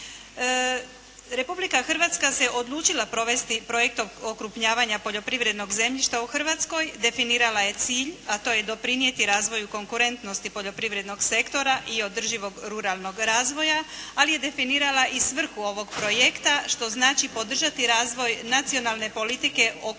Republika Hrvatska se odlučila provesti projekt okrupnjavanja poljoprivrednog zemljišta u Hrvatskoj, definirala je cilj, a to je doprinijeti razvoju konkurentnosti poljoprivrednog sektora i održivog ruralnog razvoja, ali je definirala i svrhu ovog projekta, što znači podržati razvoj nacionalne politike okrupnjavanja